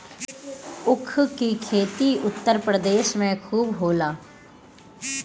ऊख के खेती उत्तर प्रदेश में खूब होला